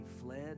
fled